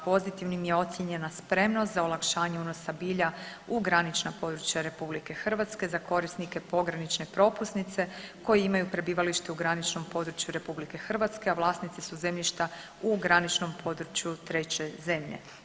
Pozitivnim je ocijenjena spremnost za olakšanje unosa bilja u granična područja RH za korisnike pogranične propusnice koji imaju prebivalište u graničnom području RH, a vlasnici su zemljišta u graničnom području treće zemlje.